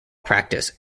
practice